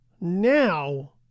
Now